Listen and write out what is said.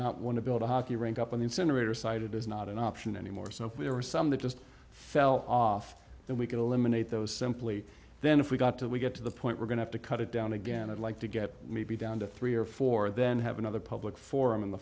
not want to build a hockey rink up on the incinerator site it is not an option anymore so there were some that just fell off and we could eliminate those simply then if we got to we get to the point we're going to cut it down again i'd like to get maybe down to three or four then have another public forum in the